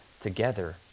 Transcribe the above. together